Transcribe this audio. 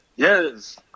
Yes